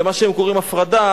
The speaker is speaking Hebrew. למה שהם קוראים הפרדה,